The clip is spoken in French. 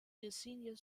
désigne